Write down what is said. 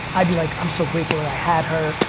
i'd be like i'm so grateful that i had her,